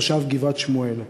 תושב גבעת-שמואל,